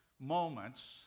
moments